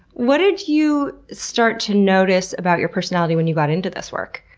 what did you start to notice about your personality when you got into this work?